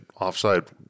offside